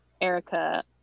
Erica